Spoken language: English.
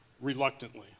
reluctantly